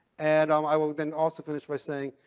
and, um i will then also finish by saying,